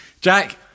Jack